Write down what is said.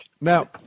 now